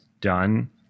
done